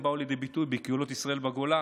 הם באו לידי ביטוי בקהילות ישראל בגולה